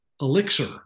elixir